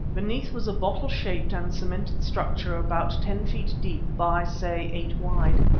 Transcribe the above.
beneath was a bottle-shaped and cemented structure about ten feet deep by, say, eight wide.